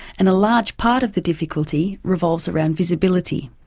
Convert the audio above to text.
and a large part of the difficulty revolves around visibility.